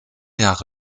jahre